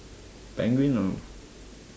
penguin no